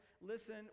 Listen